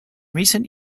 recent